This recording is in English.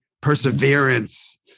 perseverance